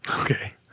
Okay